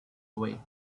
away